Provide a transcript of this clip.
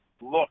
look